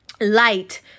light